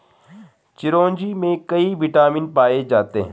चिरोंजी में कई विटामिन पाए जाते हैं